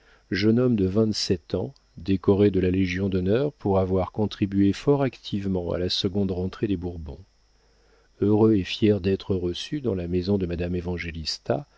jeune homme de vingt-sept ans décoré de la légion-d'honneur pour avoir contribué fort activement à la seconde rentrée des bourbons heureux et fier d'être reçu dans la maison de madame évangélista